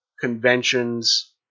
conventions